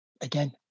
again